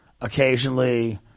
Occasionally